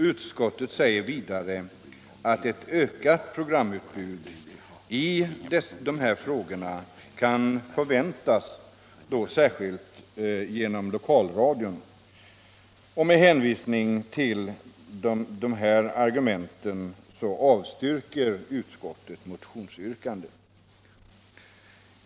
Utskottet säger vidare att ett ökat programutbud i dessa frågor kan förväntas särskilt inom lokalradion. Med hänvisning till dessa argument avstyrker utskottet motionsyrkandet.